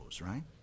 right